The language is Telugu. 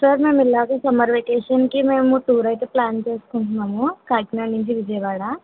సార్ మేము ఇలాగ సమ్మర్ వెకేషన్కి టూర్ అయితే ప్లాన్ చేసుకుంటున్నాము కాకినాడ నుంచి విజయవాడ